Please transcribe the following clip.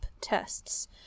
tests